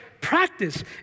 practice